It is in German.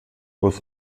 bus